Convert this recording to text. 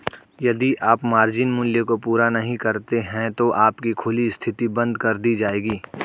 यदि आप मार्जिन मूल्य को पूरा नहीं करते हैं तो आपकी खुली स्थिति बंद कर दी जाएगी